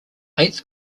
eighth